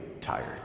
tired